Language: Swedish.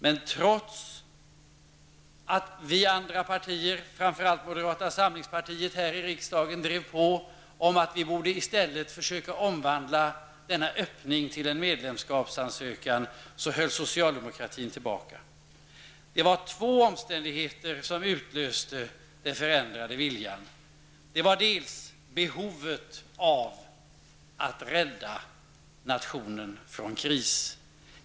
Men trots att vi andra partier, framför allt moderata samlingspartiet, här i riksdagen drev på om att vi i stället borde försöka omvandla denna öppning till en medlemskapsansökan, höll socialdemokratin tillbaka. Det var två omständigheter som ledde till viljeförändringen. Det var dels behovet av att rädda nationen från kris.